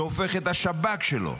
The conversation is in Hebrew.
שהופך את השב"כ שלו,